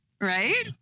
right